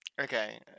Okay